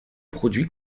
produits